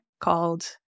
called